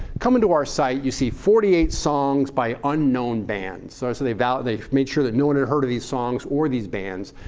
come into our site. you see forty eight songs by unknown bands. so so they validate they made sure that no one had heard of these songs or these bands.